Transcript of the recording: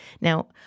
Now